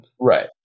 Right